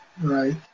Right